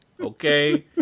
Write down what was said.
Okay